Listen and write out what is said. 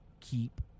keep